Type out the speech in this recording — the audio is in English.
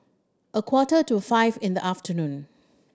a quarter to five in the afternoon